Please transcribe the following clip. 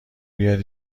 بیاد